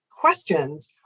questions